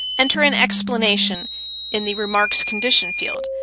enter an explanation in the remarks condition field.